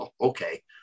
Okay